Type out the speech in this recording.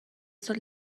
سال